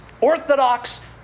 orthodox